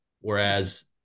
whereas